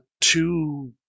two